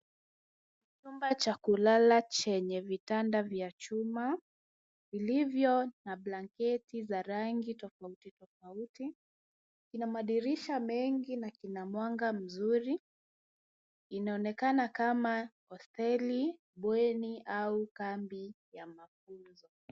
Chumba cha kulala chenye vitanda vya chuma, vilivyo na blanketi za rangi tofauti tofauti, kina madirisha mengi na kina mwanga mzuri. Inaonekana kama hosteli ,bweni au kambi ya mafunzo .